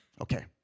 Okay